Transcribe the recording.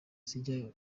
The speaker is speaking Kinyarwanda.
zijya